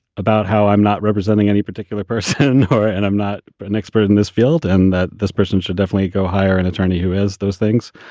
about how i'm not representing any particular person. and i'm not an expert in this field. and that this person should definitely go hire an attorney who has those things,